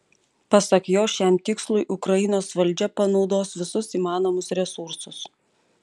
pasak jo šiam tikslui ukrainos valdžia panaudos visus įmanomus resursus